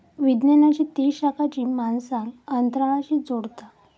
विज्ञानाची ती शाखा जी माणसांक अंतराळाशी जोडता